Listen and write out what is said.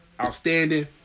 outstanding